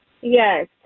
Yes